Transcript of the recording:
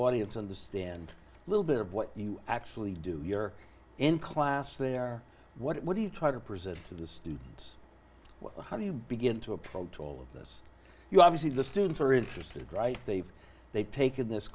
audience understand a little bit of what you actually do you're in class there what do you try to present to the students one how do you begin to approach all of this you obviously one the students are interested right they've they've taken this